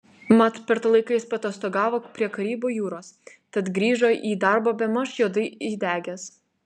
mat per tą laiką jis paatostogavo prie karibų jūros tad grįžo į darbą bemaž juodai įdegęs